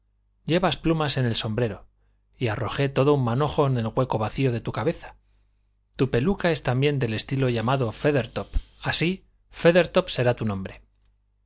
llevas plumas en el sombrero y arrojé todo un manojo en el hueco vacío de tu cabeza tu peluca es también del estilo llamado feathertop así feathertop será tu nombre